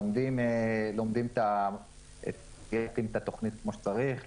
לומדים את התכנית כמו שצריך,